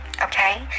okay